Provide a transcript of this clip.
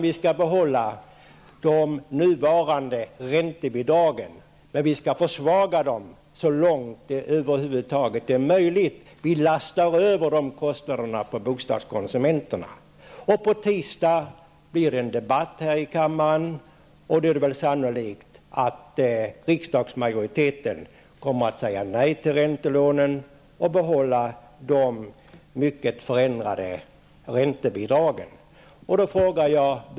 I stället skall de nuvarande räntebidragen behållas, men de skall försvagas så långt det är över huvud taget möjligt. Kostnaderna lastas över på bostadskonsumenterna. På tisdag blir det en debatt här i kammaren. Då är det sannolikt att riksdagens majoritet kommer att säga nej till räntelånen och behålla de mycket förändrade räntebidragen.